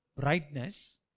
brightness